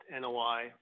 NOI